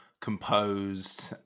composed